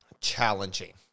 challenging